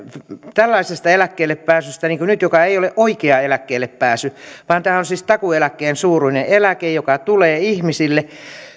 eläkkeelle pääsystä niin kuin nyt joka ei ole oikea eläkkeelle pääsy vaan tämä on siis takuueläkkeen suuruinen eläke joka tulee ihmisille niin tässä